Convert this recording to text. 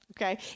Okay